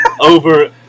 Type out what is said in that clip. over